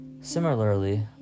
Similarly